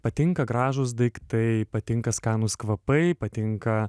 patinka gražūs daiktai patinka skanūs kvapai patinka